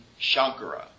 Shankara